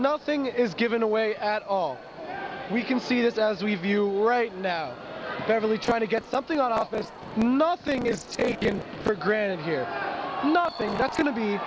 nothing is given away at all we can see this as we view right now beverly trying to get something out of office nothing is taken for granted here nothing that's going to be